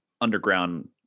underground